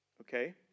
okay